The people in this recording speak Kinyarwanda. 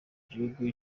gihugu